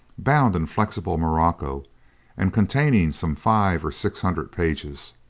bound in flexible morocco and containing some five or six hundred pages.